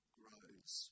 grows